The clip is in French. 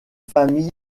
famille